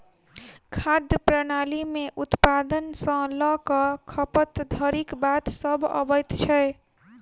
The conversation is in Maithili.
खाद्य प्रणाली मे उत्पादन सॅ ल क खपत धरिक बात सभ अबैत छै